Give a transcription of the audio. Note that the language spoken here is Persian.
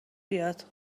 بیاد